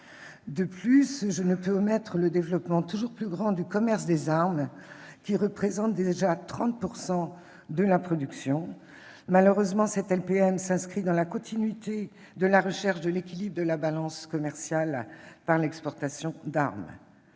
ailleurs, la question du développement toujours plus grand du commerce des armes, qui représente déjà 30 % de la production. Malheureusement, cette LPM s'inscrit dans la continuité d'une politique visant à rechercher l'équilibre de la balance commerciale par l'exportation d'armes.